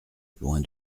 loin